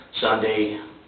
sunday